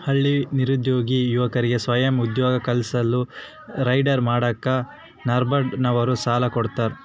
ಹಳ್ಳಿ ನಿರುದ್ಯೋಗಿ ಯುವಕರಿಗೆ ಸ್ವಯಂ ಉದ್ಯೋಗ ಕಲ್ಪಿಸಲು ಡೈರಿ ಮಾಡಾಕ ನಬಾರ್ಡ ನವರು ಸಾಲ ಕೊಡ್ತಾರ